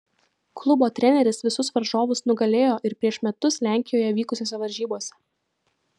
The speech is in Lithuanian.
klubo treneris visus varžovus nugalėjo ir prieš metus lenkijoje vykusiose varžybose